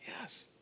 Yes